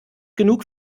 genug